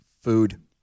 food